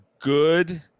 good